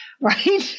Right